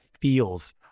feels